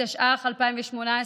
התשע"ח 2018,